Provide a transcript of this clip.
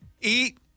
eat